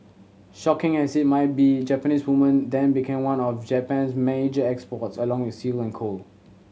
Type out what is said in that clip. shocking as it might be Japanese women then became one of Japan's major exports along with silk and coal